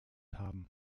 haben